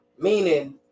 Meaning